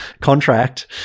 contract